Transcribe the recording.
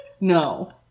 No